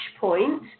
point